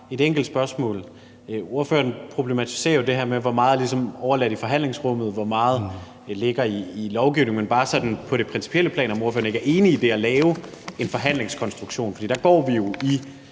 et enkelt spørgsmål: Ordføreren problematiserer jo det her med, hvor meget der ligesom er overladt til forhandlingsrummet, og hvor meget der ligger i lovgivningen. Men bare sådan på det principielle plan: Er ordføreren ikke enig i det at lave en forhandlingskonstruktion? For der går vi jo i